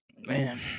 Man